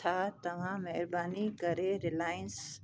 छा तव्हां महिरबानी करे रिलाइंस